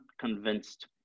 convinced